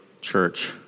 church